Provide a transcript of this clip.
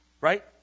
right